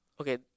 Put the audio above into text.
Okay